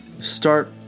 start